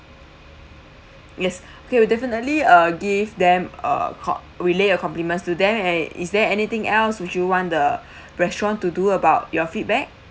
yes okay would definitely uh give them uh com~ relay your complements to them and is there anything else would you want the restaurant to do about your feedback